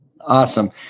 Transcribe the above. Awesome